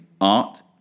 art